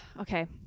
Okay